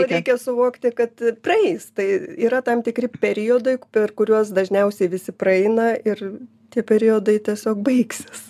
reikia suvokti kad praeis tai yra tam tikri periodai per kuriuos dažniausiai visi praeina ir tie periodai tiesiog baigsis